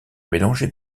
mélangé